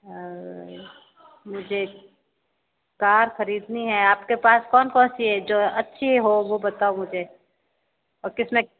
मुझे कार खरीदनी है आपके पास कौन कौन सी है जो अच्छी हो वो बताओ मुझे और कितने